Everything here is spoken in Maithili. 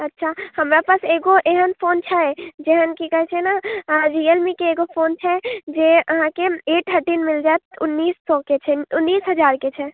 अच्छा हमरा पास एगो एहन फोन छै जेहन की कहैत छै ने रियल मीके एगो फोन छै जे अहाँके ए थर्टीन मिल जायत उन्नैस सए के छै उन्नैस हजार के छै